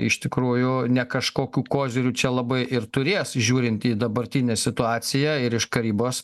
iš tikrųjų ne kažkokių kozirių čia labai ir turės žiūrint į dabartinę situaciją ir iš karybos